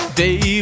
day